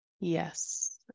Yes